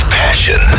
passion